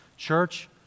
Church